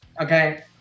okay